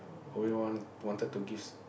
only want wanted to gives